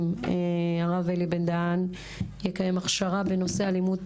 הרב אלי בן דהן יקיים הכשרה בנושא אלימות